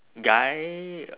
guy